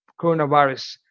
coronavirus